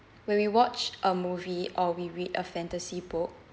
when we watch a movie or we read a fantasy book